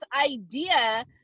idea